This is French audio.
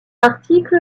article